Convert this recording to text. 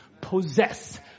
Possess